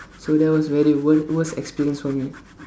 so that was very wor~ worst experience for me